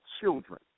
children